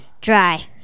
dry